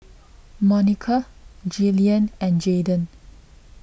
Monica Jillian and Jaydan